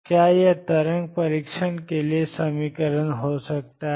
क्या यह तरंग परीक्षण के लिए समीकरण हो सकता है